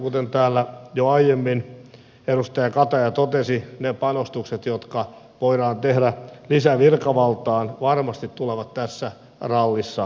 kuten täällä jo aiemmin edustaja kataja totesi ne panostukset jotka voidaan tehdä lisävirkavaltaan varmasti tulevat tässä rallissa takaisin